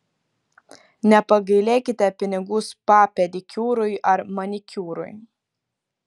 nepagailėkite pinigų spa pedikiūrui ar manikiūrui